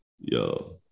Yo